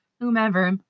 whomever